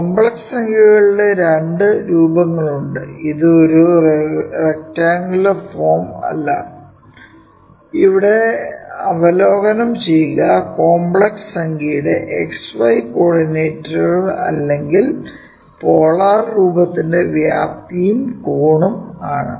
complex സംഖ്യകളുടെ രണ്ട് രൂപങ്ങളുണ്ട് ഇത് ഒരു റെക്ടാംഗുലർ ഫോം അല്ല ഇവിടെ അവലോകനം ചെയ്യുക കോംപ്ലക്സ് സംഖ്യയുടെ x y കോർഡിനേറ്റുകൾ അല്ലെങ്കിൽ പോളാർ രൂപത്തിന്റെ വ്യാപ്തിയും കോണും ആണ്